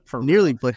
Nearly